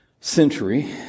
century